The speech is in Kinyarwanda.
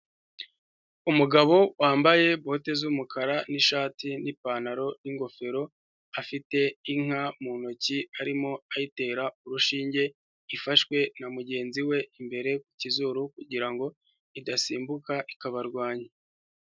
Umugabo wambaye bote z'umukara n'ishati n'ipantaro n'ingofero afite inka mu ntoki, arimo ayitera urushinge, ifashwe na mugenzi we imbere ku kizuru kugira ngo idasimbuka ikabarwanya.